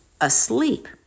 asleep